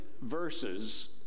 verses